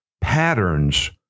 patterns